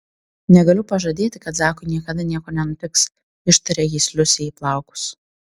negaliu pažadėti kad zakui niekada nieko nenutiks ištarė jis liusei į plaukus